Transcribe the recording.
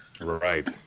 right